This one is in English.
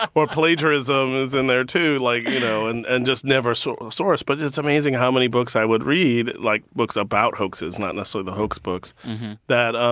or, plagiarism is in there, too, like, you know, and and just never sort of source. but it's amazing how many books i would read like, books about hoaxes, not necessarily so the hoax books that, ah